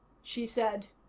she said.